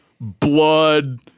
blood